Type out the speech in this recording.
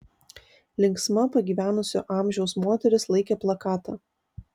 linksma pagyvenusio amžiaus moteris laikė plakatą